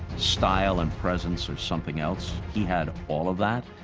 style and presence are something else. he had all of that.